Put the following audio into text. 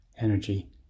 energy